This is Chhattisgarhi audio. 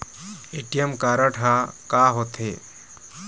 ए.टी.एम कारड हा का होते?